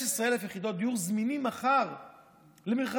15,000 יחידות דיור זמינות מחר למכרזים.